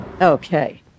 Okay